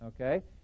Okay